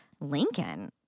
Lincoln